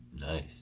Nice